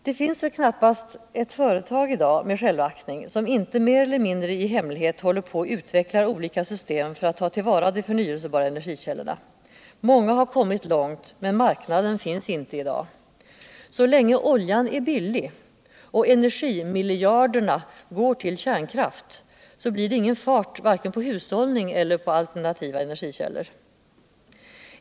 Det finns väll dag knappast ou företag med självaktning som inte mer eller mindre i hemlighet håller på och utvecklar olika system för att ta till vara de förnyelsebara energikällorna. Många har kommit långt. men marknaden finns inte I dag. Så länge oljan är billig och energimiljarderna går till kärnkraft. blir det ingen fart på vare sig hushållning eller utnyttjande av alternativa energikällor.